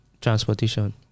transportation